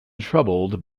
troubled